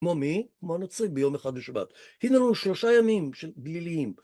כמו מי, כמו הנוצרים ביום אחד בשבת. הנה לנו שלושה ימים של גליליים